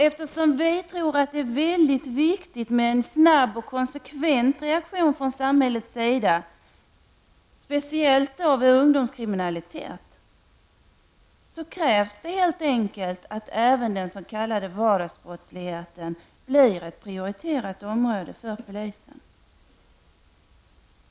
Eftersom vi tror att det är mycket viktigt med en snabb och konsekvent reaktion från samhällets sida, speciellt vid ungdomskriminalitet, krävs helt enkelt att även den s.k. vardagsbrottsligheten blir ett prioriterat område för polisen.